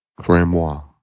Frambois